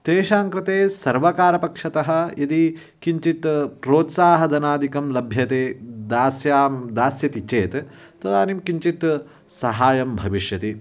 तेषां कृते सर्वकारपक्षतः यदि किञ्चित् प्रोत्साहधनादिकं लभ्यते दास्यां दास्यति चेत् तदानीं किञ्चित् सहायं भविष्यति